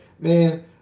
man